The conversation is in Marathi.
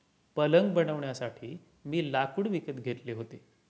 पलंग बनवण्यासाठी मी लाकूड विकत घेतले होते